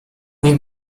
nich